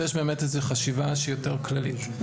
ויש באמת חשיבה שהיא יותר כללית.